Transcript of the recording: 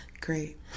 Great